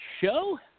Show